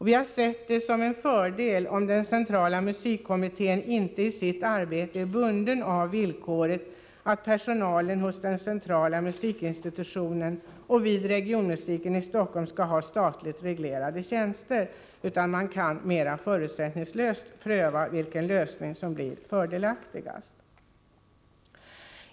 Vi har sett det som en fördel om den centrala musikkommittén inte i sitt arbete är bunden av villkoret att personalen hos den centrala musikinstitutionen och vid regionmusikavdelningen i Stockholm skall ha statligt reglerade tjänster utan mera förutsättningslöst kan pröva vilken lösning som blir fördelaktigast.